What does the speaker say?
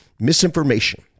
misinformation